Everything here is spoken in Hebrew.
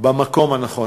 במקום הנכון.